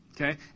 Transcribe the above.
Okay